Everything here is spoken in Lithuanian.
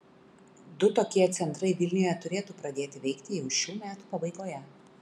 du tokie centrai vilniuje turėtų pradėti veikti jau šių metų pabaigoje